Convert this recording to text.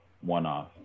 one-off